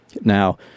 Now